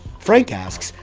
frank asks,